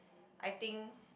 I think